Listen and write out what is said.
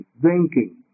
drinking